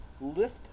lift